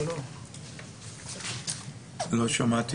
הצעת